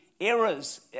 errors